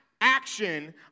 action